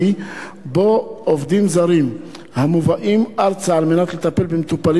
שבו עובדים זרים המובאים ארצה על מנת לטפל במטופלים